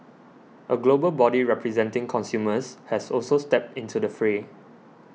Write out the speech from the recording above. a global body representing consumers has also stepped into the fray